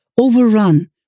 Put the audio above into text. overrun